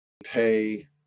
pay